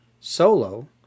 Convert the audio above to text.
solo